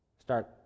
Start